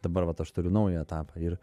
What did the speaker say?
dabar vat aš turiu naują etapą ir